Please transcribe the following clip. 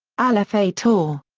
aleph et taw.